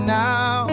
now